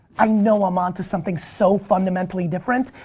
i know i'm on to something so fundamentally different,